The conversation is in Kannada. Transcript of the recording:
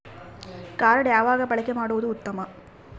ಕಾರ್ಡ್ ಯಾವಾಗ ಬಳಕೆ ಮಾಡುವುದು ಉತ್ತಮ?